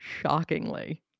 shockingly